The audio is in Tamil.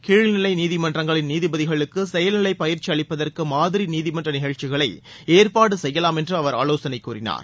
கீழ்நிலை நீதிமன்றங்களின் நீதிபதிகளுக்கு செயல்நிலை பயிற்சி அளிப்பதற்கு மாதிரி நீதிமன்ற நிகழ்ச்சிகளை ஏற்பாடு செய்யலாம் என்று அவர் ஆவோசனை கூறினார்